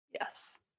Yes